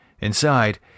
Inside